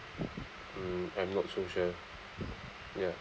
um I'm not so sure ya